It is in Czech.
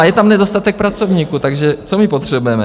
Je tam nedostatek pracovníků, takže co my potřebujeme?